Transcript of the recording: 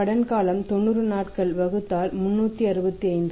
கடன் காலம் 90 நாட்கள் வகுத்தல் 365